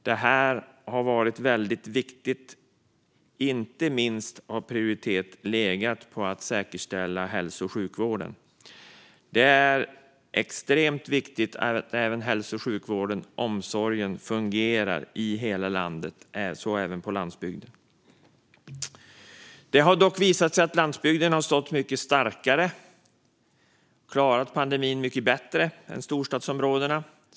Detta har varit viktigt, och inte minst har prioritet legat på att säkerställa hälso och sjukvården. Det är extremt viktigt att hälso och sjukvården och omsorgen fungerar i hela landet, så även på landsbygden. Det har dock visat sig att landsbygden har stått starkare och klarat pandemin bättre än storstadsområdena.